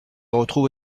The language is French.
retrouve